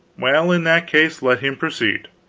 well, in that case, let him proceed.